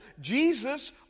jesus